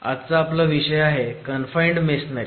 आजचा आपला विषय आहे कनफाईण्ड मेसोनरी